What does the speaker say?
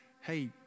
hey